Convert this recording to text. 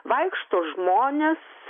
vaikšto žmonės